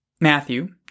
Matthew